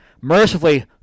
mercifully